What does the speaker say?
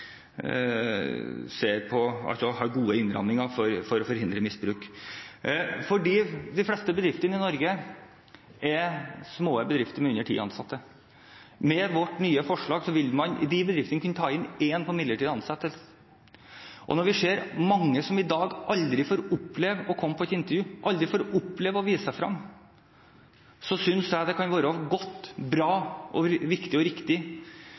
ser hvor mange som i dag aldri får oppleve å komme på et intervju, aldri får oppleve å vise seg fram, synes jeg dette kan være godt, bra, viktig og riktig,